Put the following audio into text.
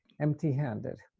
empty-handed